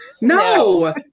No